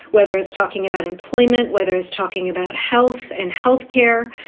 whether it's talking about employment, whether it's talking about health and health care.